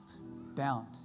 bound